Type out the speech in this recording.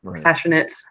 passionate